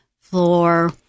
floor